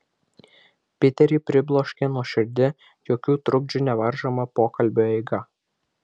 piterį pribloškė nuoširdi jokių trukdžių nevaržoma pokalbio eiga